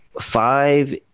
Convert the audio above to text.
Five